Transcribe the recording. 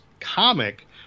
comic